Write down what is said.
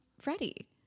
Freddie